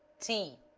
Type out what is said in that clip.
t